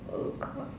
oh god